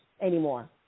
anymore